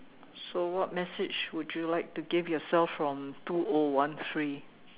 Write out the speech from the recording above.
so what message would you like to give yourself from two O one three